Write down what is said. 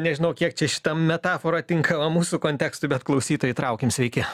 nežinau kiek čia šita metafora tinka mūsų kontekstui bet klausytoją įtraukim sveiki